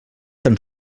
tan